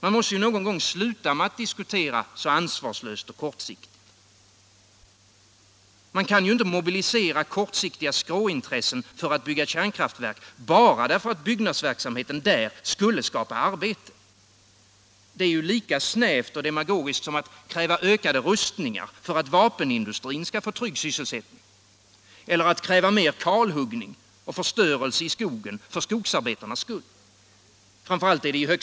Man måste ju någon gång sluta med att diskutera så ansvarslöst och kortsiktigt. Man kan inte mobilisera kortsiktiga skråintressen för att bygga kärnkraftverk, bara för att byggnadsverksamheten där skulle skapa arbete. Det är lika snävt och demagogiskt som att kräva ökade rustningar för att vapenindustrin skall få trygg sysselsättning eller att kräva mer kalhuggning och förstörelse i skogen för skogsarbetarnas skull.